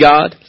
God